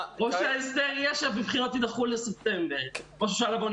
לכך שהבחינות יהיו בספטמבר.